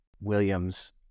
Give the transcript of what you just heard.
Williams